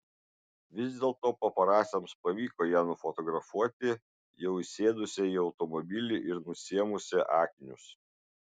vis dėlto paparaciams pavyko ją nufotografuoti jau įsėdusią į automobilį ir nusiėmusią akinius